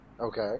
Okay